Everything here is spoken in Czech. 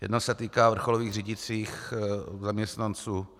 Jednak se týká vrcholových řídících zaměstnanců.